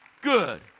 good